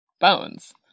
bones